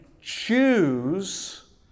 choose